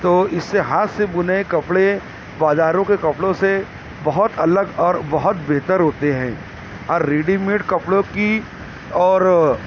تو اس سے ہاتھ سے بنے کپڑے بازاروں کے کپڑوں سے بہت الگ اور بہت بہتر ہوتے ہیں اور ریڈی میڈ کپڑوں کی اور